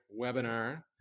webinar